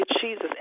jesus